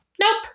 Nope